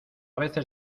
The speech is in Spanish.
veces